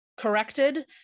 Corrected